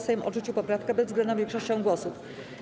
Sejm odrzucił poprawkę bezwzględną większością głosów.